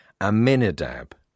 Aminadab